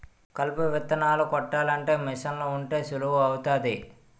కలుపు విత్తనాలు కొట్టాలంటే మీసన్లు ఉంటే సులువు అవుతాది